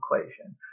equation